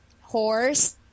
Horse